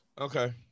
Okay